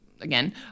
again